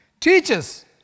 Teachers